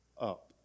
up